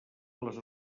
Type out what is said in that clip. les